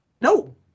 no